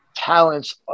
talents